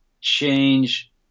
change